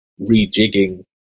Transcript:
rejigging